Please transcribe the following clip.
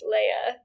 Leia